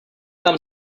tam